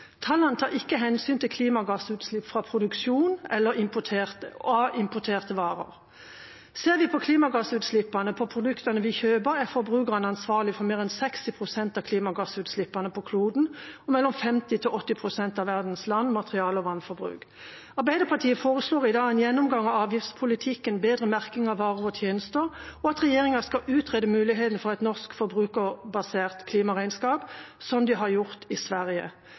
Tallene tar ikke hensyn til klimagassutslipp fra produksjon av importerte varer. Ser vi på klimagassutslippene fra produktene vi kjøper, er forbrukerne ansvarlig for mer enn 60 pst. av klimagassutslippene på kloden og mellom 50 pst. og 80 pst. av verdens land-, material- og vannforbruk. Arbeiderpartiet foreslår i dag en gjennomgang av avgiftspolitikken, bedre merking av varer og tjenester, og at regjeringa skal utrede muligheten for et norsk forbrukerbasert klimaregnskap, som de har gjort i Sverige.